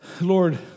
Lord